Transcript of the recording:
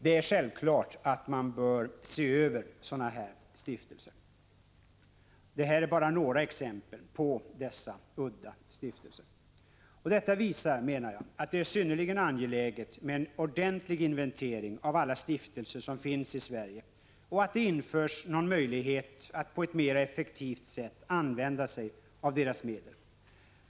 Det här är bara några exempel på udda stiftelser. Självfallet bör man se över dessa. Det är enligt min mening synnerligen angeläget att en ordentlig inventering görs av alla stiftelser som finns i Sverige och att det införs någon möjlighet att på ett mera effektivt sätt använda deras medel.